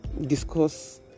discuss